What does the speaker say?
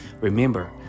remember